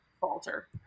falter